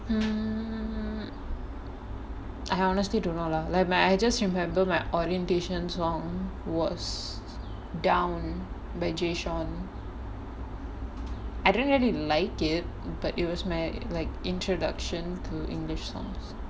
hmm I honestly don't know lah like my I just remember my orientation song was down by jay sean I didn't really like it but it was my like introduction to english songs